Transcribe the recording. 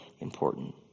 important